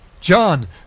John